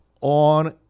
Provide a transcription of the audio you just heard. on